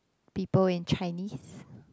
people in Chinese